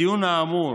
בדיון האמור